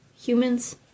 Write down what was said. humans